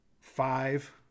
five